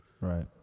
Right